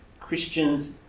Christians